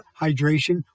hydration